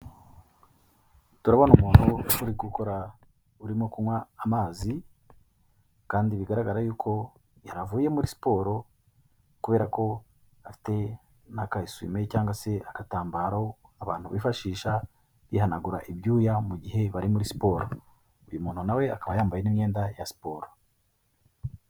Turabona umuntu uri gukora, urimo kunywa amazi kandi bigaragara yuko yaravuye muri siporo kubera ko a n'aka eswime, cyangwa se agatambaro abantu bifashisha bihanagura ibyuya mu gihe bari muri siporo. Uyu muntu nawe akaba yambaye n'imiyenda ya siporo.